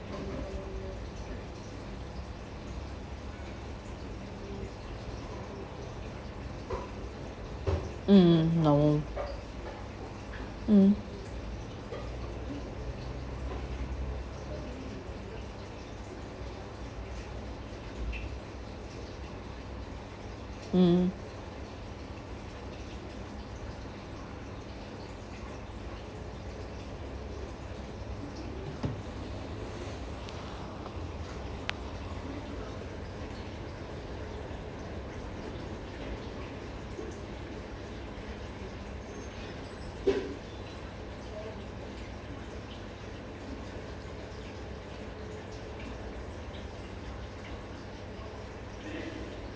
mmhmm no mm mm